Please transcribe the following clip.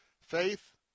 faith